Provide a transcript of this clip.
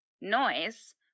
noise